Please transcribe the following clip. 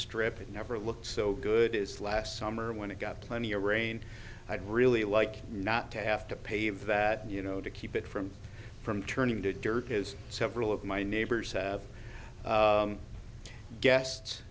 strip it never looks so good as last summer when it got plenty arraign i'd really like not to have to pave that you know to keep it from from turning to dirt has several of my neighbors have guests